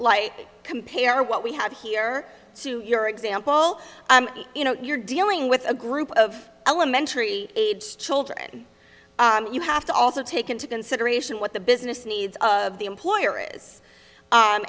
light compare what we have here to your example you know you're dealing with a group of elementary age children you have to also take into consideration what the business needs of the employer is